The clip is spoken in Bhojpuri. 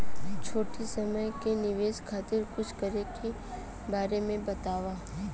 छोटी समय के निवेश खातिर कुछ करे के बारे मे बताव?